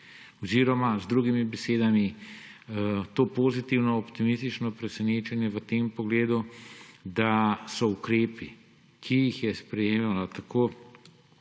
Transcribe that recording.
Oziroma z drugimi besedami, to pozitivno optimistično presenečenje v tem pogledu, da so ukrepi, ki jih je sprejemala tako